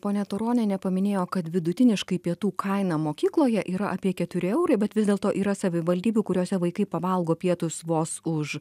ponia turonienė paminėjo kad vidutiniškai pietų kaina mokykloje yra apie keturi eurai bet vis dėlto yra savivaldybių kuriose vaikai pavalgo pietus vos už